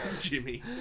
jimmy